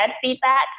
feedback